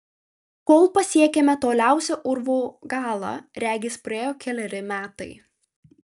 kol pasiekėme toliausią urvo galą regis praėjo keleri metai